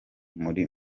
muri